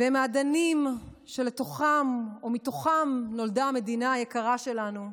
והם האדנים שלתוכם ומתוכם נולדה המדינה היקרה שלנו,